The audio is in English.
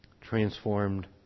transformed